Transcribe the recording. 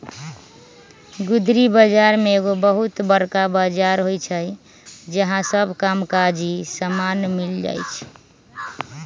गुदरी बजार में एगो बहुत बरका बजार होइ छइ जहा सब काम काजी समान मिल जाइ छइ